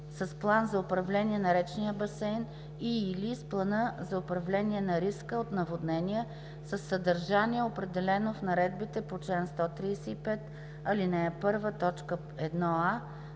с плана за управление на речния басейн и/или с плана за управление на риска от наводнения, със съдържание, определено в наредбите по чл. 135, ал. 1, т.